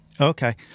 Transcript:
Okay